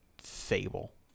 fable